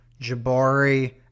Jabari